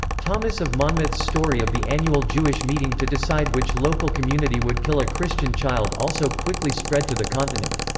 thomas of monmouth's story of the annual jewish meeting to decide which local community would kill a christian child also quickly spread to the continent.